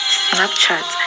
snapchat